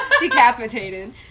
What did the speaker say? Decapitated